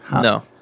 No